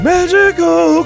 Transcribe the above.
Magical